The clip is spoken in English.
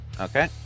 Okay